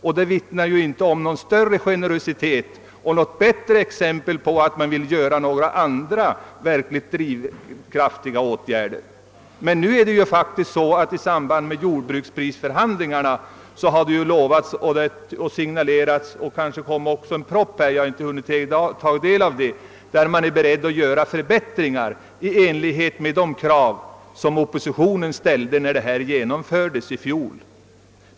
Detta vittnar ju inte om någon större generositet och är heller inget exempel på att man skulle vilja vidta några andra, verkligt effektiva åtgärder. I samband med jordbruksprisförhandlingarna signalerades faktiskt förbättringar i enlighet med de krav oppositionen ställde när äldrestödet genomfördes i fjol. Måhända kommer också en proposition om detta — den saken har jag inte hunnit informera mig ordentligt om.